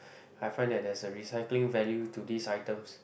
I find that there's a recycling value to these items